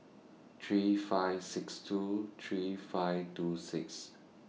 three five six two three five two six